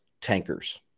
tankers